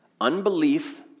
Unbelief